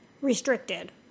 restricted